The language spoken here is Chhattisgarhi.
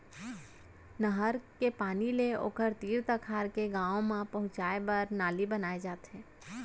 नहर के पानी ले ओखर तीर तखार के गाँव म पहुंचाए बर नाली बनाए जाथे